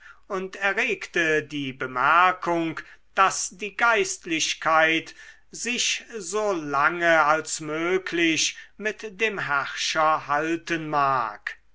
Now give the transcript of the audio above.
und erregte die bemerkung daß die geistlichkeit sich so lange als möglich mit dem herrscher halten mag